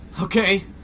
Okay